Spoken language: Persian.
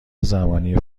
زمانی